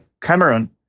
Cameron